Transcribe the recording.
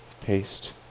paste